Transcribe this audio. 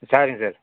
சரிங் சார்